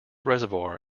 reservoir